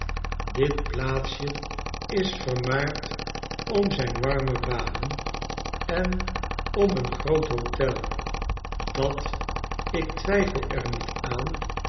dit plaatsje is vermaard om zijn warme baden en om een groot hotel dat ik twijfel er niet aan